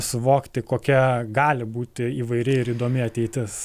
suvokti kokia gali būti įvairi ir įdomi ateitis